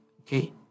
okay